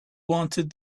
wanted